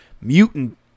mutant